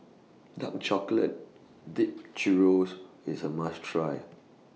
Dark Chocolate Dipped Churro's IS A must Try